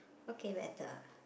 okay better